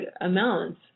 amounts